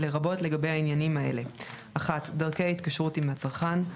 לרבות לגבי העניינים האלה: (1)דרכי התקשרות עם הצרכן,